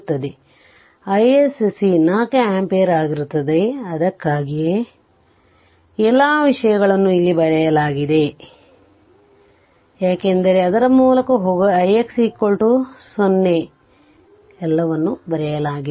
ಆದ್ದರಿಂದ isc 4 ampere ಆಗಿರುತ್ತದೆ ಅದಕ್ಕಾಗಿಯೇ ಇದಕ್ಕೆ ಬಂದರೆ ಆದ್ದರಿಂದ ಈ ಎಲ್ಲ ವಿಷಯಗಳನ್ನು ಇಲ್ಲಿ ಬರೆಯಲಾಗಿದೆ ಯಾಕೆಂದರೆ ಅದರ ಮೂಲಕ ಹೋಗಿ ix ' 0 ' 0 ಎಲ್ಲವನ್ನೂ ಬರೆಯಲಾಗಿದೆ